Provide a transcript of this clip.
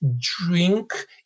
drink